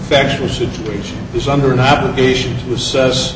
factual situation is under an obligation to assess